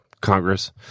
Congress